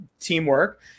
teamwork